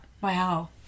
Wow